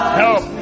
help